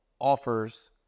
offers